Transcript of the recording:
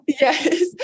Yes